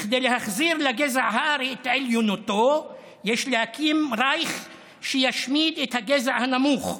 כדי להחזיר לגזע הארי את עליונותו יש להקים רייך שישמיד את הגזע הנמוך,